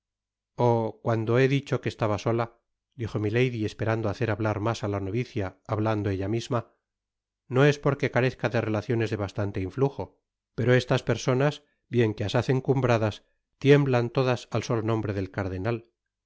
oh cuando he dicho que estaba sola dijo milady esperando hacer hablar mas á la novicia hablando ella misma no es porque carezca de relaciones de bastante inffujo pero estas personas bien que asaz encumbradas tiemblan todas al solo nombre del cardenal